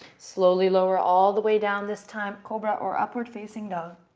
slowly lower all the way down this time, cobra or upward facing dog.